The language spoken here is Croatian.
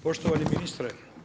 Poštovani ministre.